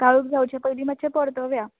काळोख जावच्या पयली मातशें परतवया